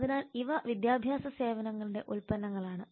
അതിനാൽ ഇവ വിദ്യാഭ്യാസ സേവനങ്ങളുടെ ഉൽപ്പന്നങ്ങളാണ്